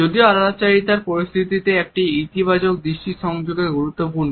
যদিও আলাপচারিতার পরিস্থিতিতে একটি ইতিবাচক দৃষ্টি সংযোগ গুরুত্বপূর্ণ